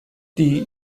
die